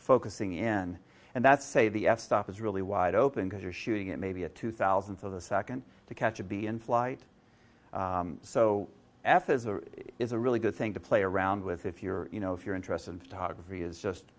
focusing in and that say the f stuff is really wide open because you're shooting at maybe a two thousand for the second to catch a bee in flight so aphids is a really good thing to play around with if you're you know if you're interested in photography is just